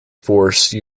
force